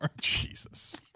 Jesus